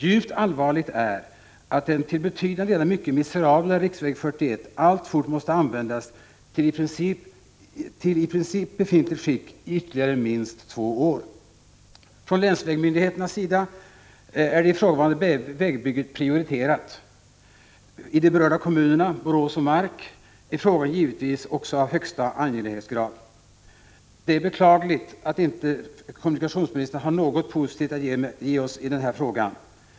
Djupt allvarligt är att den till betydande delar mycket miserabla riksväg 41 alltfort måste användas i befintligt skick ytterligare minst två år. Från länsvägsmyndigheternas sida är det ifrågavarande vägbygget prioriterat. I de berörda kommunerna, Borås och Mark, är frågan givetvis också av högsta angelägenhetsgrad. Det är beklagligt att kommunikationsministern inte har något positivt att ge oss i den här frågan.